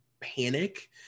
panic